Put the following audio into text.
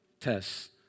tests